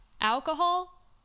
alcohol